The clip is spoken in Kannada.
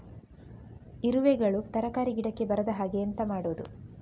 ಇರುವೆಗಳು ತರಕಾರಿ ಗಿಡಕ್ಕೆ ಬರದ ಹಾಗೆ ಎಂತ ಮಾಡುದು?